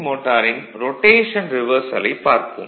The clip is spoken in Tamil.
மோட்டாரின் ரொடேஷன் ரிவர்சலைப் பார்ப்போம்